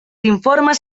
informes